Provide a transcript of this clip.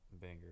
banger